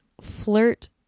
flirt